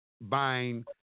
buying